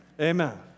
Amen